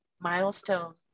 milestone